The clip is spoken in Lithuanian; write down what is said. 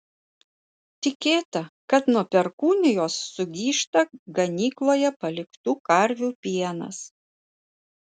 tikėta kad nuo perkūnijos sugyžta ganykloje paliktų karvių pienas